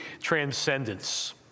transcendence